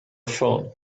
phone